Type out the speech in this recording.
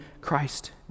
Christ